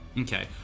Okay